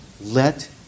Let